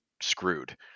screwed